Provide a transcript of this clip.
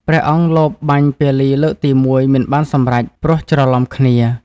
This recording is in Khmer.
ព្រះអង្គលបបាញ់ពាលីលើកទី១ មិនបានសម្រេច ព្រោះច្រឡំគ្នា។